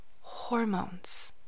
hormones